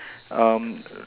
um